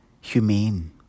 humane